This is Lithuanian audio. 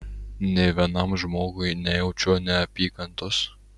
nė vienam žmogui nejaučiu neapykantos